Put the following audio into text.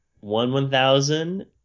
One-one-thousand